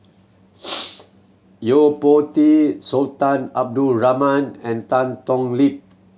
Yo Po Tee Sultan Abdul Rahman and Tan Thoon Lip